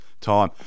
time